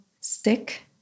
stick